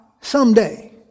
someday